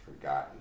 forgotten